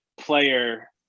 player